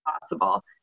possible